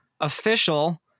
official